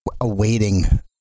awaiting